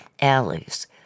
Alleys